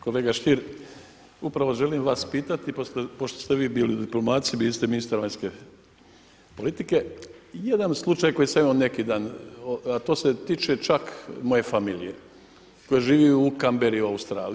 Kolega Stier, upravo želim vas pitati pošto ste vi bili u diplomaciji, bili ste ministar vanjske politike, jedan slučaj koji sam imao neki dan, a to se tiče čak moje familije, koja živi u Canberra u Australiji.